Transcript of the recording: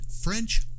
French